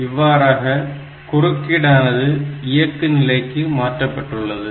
இவ்வாறாக குறுக்கீடானது இயக்கு நிலைக்கு மாற்றப்பட்டுள்ளது